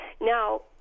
Now